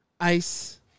Ice